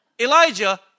Elijah